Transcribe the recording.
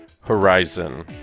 Horizon